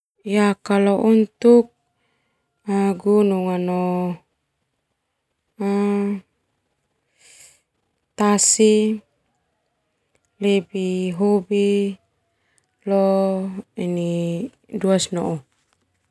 Kalau untuk gunung no tasi lebih hobi leo in iduas nou.